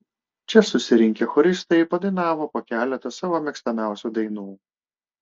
čia susirinkę choristai padainavo po keletą savo mėgstamiausių dainų